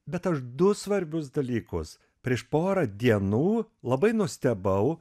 bet aš du svarbius dalykus prieš porą dienų labai nustebau